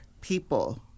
people